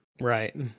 Right